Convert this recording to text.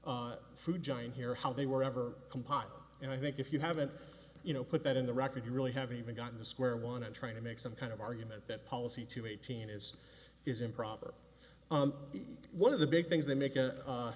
food giant here how they were ever compiled and i think if you haven't you know put that in the record you really haven't even gotten to square one and trying to make some kind of argument that policy to eighteen is is improper one of the big things they make a